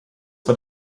vor